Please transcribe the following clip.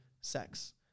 sex